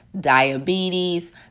diabetes